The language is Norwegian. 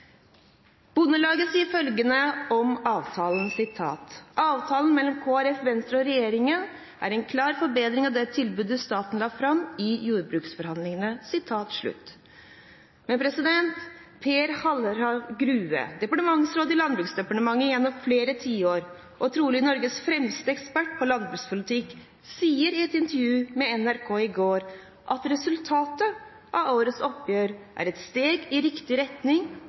Bondelaget sier følgende om avtalen: «Avtalen mellom Krf, Venstre og regjeringen er en klar forbedring av det tilbudet staten la fram i jordbruksforhandlingene Men Per Harald Grue, tidligere departementsråd i Landbruksdepartementet gjennom flere tiår og trolig Norges fremste ekspert på landbrukspolitikk, sa i et intervju med NRK i går at resultatet av årets oppgjør er et steg i riktig retning,